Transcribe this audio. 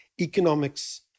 economics